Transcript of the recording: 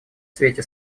свете